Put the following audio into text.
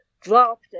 dropped